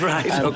Right